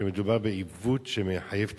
שמדובר בעיוות שמחייב תיקון.